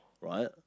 right